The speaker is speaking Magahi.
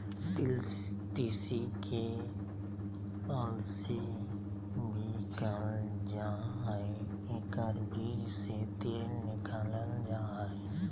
तीसी के अलसी भी कहल जा हइ एकर बीज से तेल निकालल जा हइ